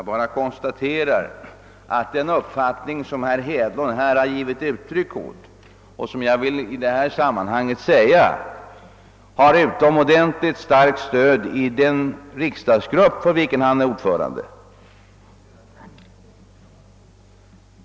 Jag bara konstaterar, att den uppfattning som herr Hedlund här givit uttryck åt har ett utomordentligt starkt stöd i den riksdagsgrupp för vilken han är ordförande.